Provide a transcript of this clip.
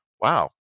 wow